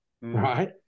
right